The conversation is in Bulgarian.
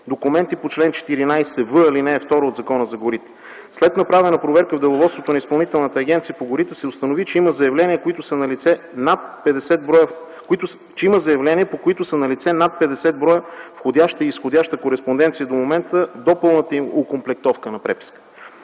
документи по чл. 14в, ал. 2 от Закона за горите. След направена проверка в деловодството на Изпълнителната агенция по горите се установи, че има заявления, по които са налице над 50 броя входяща и изходяща кореспонденция до момента на пълната окомплектовка на преписката.